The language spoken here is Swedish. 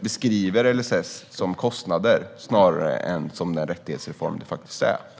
beskriver LSS som kostnader snarare än som den rättighetsreform den är.